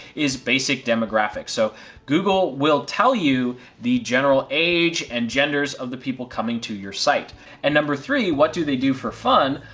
is basic demographics. so google will tell you the general age and genders of the people coming to your site and number three, what do they do for fun,